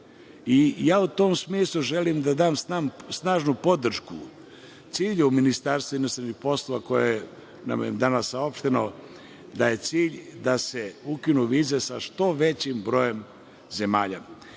U tom smislu želim da dam snažnu podršku cilju Ministarstva inostranih poslova koji nam je danas saopšten, a cilj je da se ukinu vize sa što većim brojem zemalja. Kada